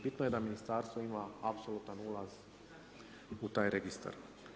Bitno je da ministarstvo ima apsolutni ulaz u taj registar.